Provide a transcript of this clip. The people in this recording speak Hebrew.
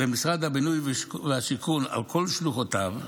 במשרד הבינוי והשיכון, על כל שלוחותיו,